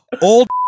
old